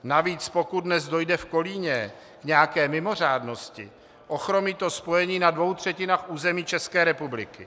Navíc pokud dnes dojde v Kolíně k nějaké mimořádnosti, ochromí to spojení na dvou třetinách území České republiky.